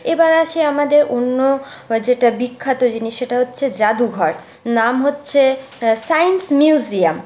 এবার আসি আমাদের অন্য যেটা বিখ্যাত জিনিস সেটা হচ্ছে জাদুঘর নাম হচ্ছে সায়েন্স মিউজিয়াম